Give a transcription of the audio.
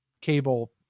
cable